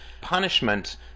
punishment